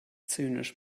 zynisch